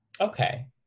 Okay